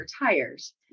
retires